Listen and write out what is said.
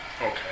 Okay